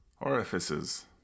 Orifices